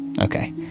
Okay